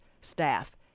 staff